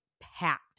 packed